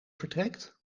vertrekt